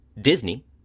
Disney